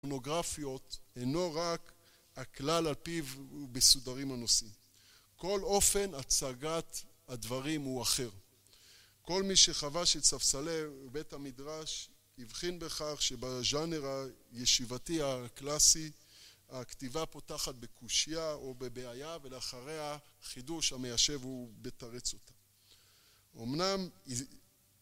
המונוגרפיות אינו רק הכלל על פיו מסודרים הנושאים. כל אופן הצגת הדברים הוא אחר, כל מי שחווה שספסלי בית המדרש הבחין בכך שבז'אנר הישיבתי הקלאסי, הכתיבה פותחת בקושייה או בבעיה ולאחריה חידוש המיישב ומתרץ אותה. אומנם